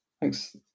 Thanks